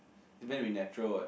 then natural what